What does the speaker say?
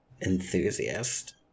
enthusiast